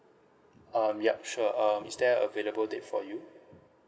um yup sure um is there available date for you